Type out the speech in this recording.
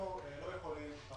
אנחנו לא יכולים.